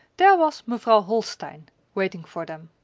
there was mevrouw holstein waiting for them.